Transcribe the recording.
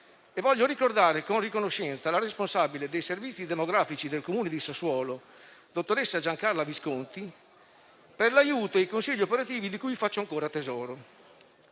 Voglio ricordare con riconoscenza la responsabile dei servizi demografici del Comune di Sassuolo, dottoressa Giancarla Visconti, per l'aiuto e i consigli operativi di cui faccio ancora tesoro.